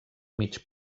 mig